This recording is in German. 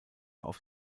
auf